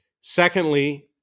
Secondly